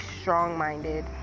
strong-minded